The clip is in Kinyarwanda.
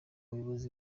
bayobozi